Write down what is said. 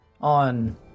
on